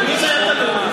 אז במי זה היה תלוי?